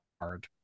Hard